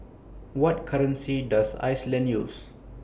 What currency Does Iceland use